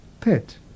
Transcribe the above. pet